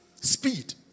Speed